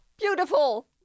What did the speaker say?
Beautiful